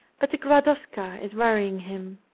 but the gladowska is worrying him.